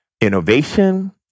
innovation